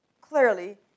clearly